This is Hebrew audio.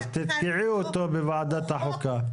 אז תתקעי אותו בוועדת החוקה.